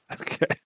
Okay